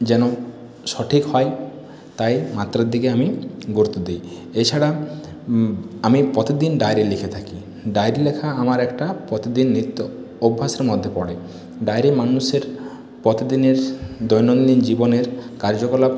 যেন সঠিক হয় তাই মাত্রার দিকে আমি গুরুত্ব দিই এছাড়া আমি প্রতিদিন ডায়েরি লিখে থাকি ডায়েরি লেখা আমার একটি প্রতিদিন নিত্য অভ্যাসের মধ্যে পড়ে বাইরে মানুষের প্রতিদিনের দৈনন্দিন জীবনের কার্যকলাপ